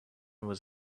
was